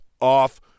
off